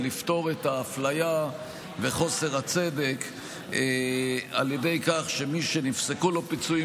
היא לפתור את האפליה וחוסר הצדק על ידי כך שמי שנפסקו לו פיצויים